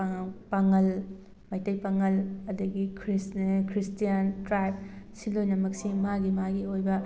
ꯄꯥꯉꯜ ꯃꯩꯇꯩ ꯄꯥꯉꯜ ꯑꯗꯒꯤ Christian tribe ꯁꯤ ꯂꯣꯏꯅꯃꯛꯁꯦ ꯃꯥꯒꯤ ꯃꯥꯒꯤ ꯑꯣꯏꯕ